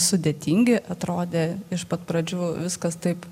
sudėtingi atrodė iš pat pradžių viskas taip